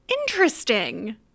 Interesting